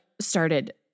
started